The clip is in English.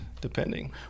depending